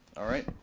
alright.